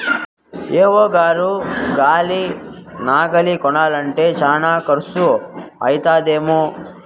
AO గారు ఉలి నాగలి కొనాలంటే శానా కర్సు అయితదేమో